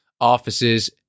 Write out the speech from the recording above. offices